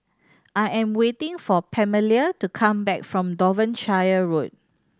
I am waiting for Pamelia to come back from Devonshire Road